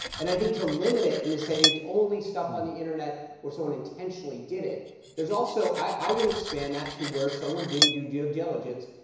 and i think to limit it, and to say it's only stuff on the internet where someone intentionally did it there's also i would expand that to where someone didn't do due diligence,